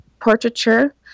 portraiture